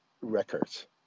records